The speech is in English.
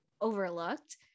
overlooked